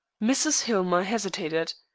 mrs. hillmer hesitated.